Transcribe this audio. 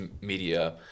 media